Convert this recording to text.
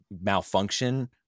malfunction